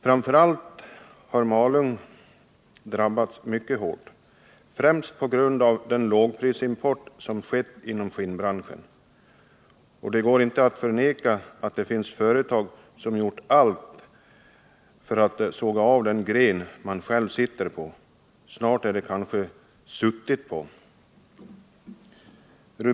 Framför allt har Malung drabbats mycket hårt, främst på grund av den lågprisimport som ägt rum inom skinnbranschen. Det går inte heller att förneka att det finns företag som gjort allt för att såga av den gren som de själva sitter på. Snart får man kanske säga ”suttit på”.